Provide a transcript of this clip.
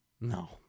No